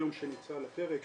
למשל נושא היום שנמצא על הפרק,